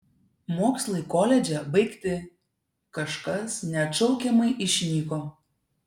mokslai koledže baigti kažkas neatšaukiamai išnyko